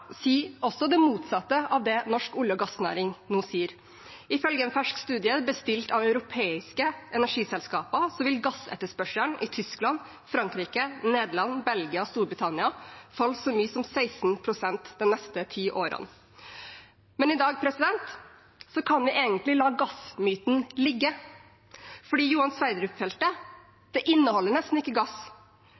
også det motsatte av det norsk olje- og gassnæring nå sier. Ifølge en fersk studie bestilt av europeiske energiselskaper vil gassetterspørselen i Tyskland, Frankrike, Nederland, Belgia og Storbritannia falle så mye som 16 pst. de neste ti årene. Men i dag kan vi egentlig la gassmyten ligge, for Johan Sverdrup-feltet inneholder nesten ikke gass.